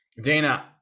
dana